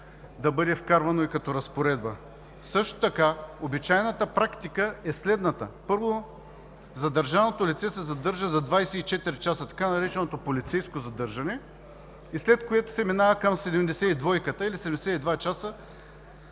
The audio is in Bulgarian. да бъде вкарвано и като разпоредба. Обичайната практика е следната: първо, задържаното лице се задържа за 24 часа, така нареченото „полицейско задържане“, след което се минава към 72 часа